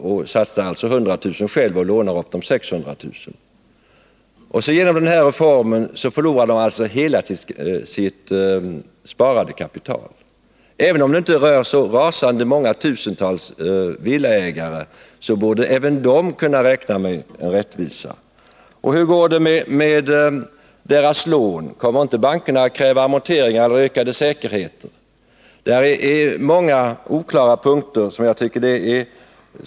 Man satsar alltså 100 000 själv och lånar 600 000. Genom den här reformen förlorar man då hela sitt sparade kapital. Även om det inte rör så rasande många tusental villaägare, så borde även de kunna räkna med rättvisa. Och hur går det med dessa människors lån? Kommer inte bankerna att kräva amorteringar och ökade säkerheter? Det finns många oklara punkter som bör redas ut.